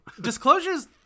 Disclosure's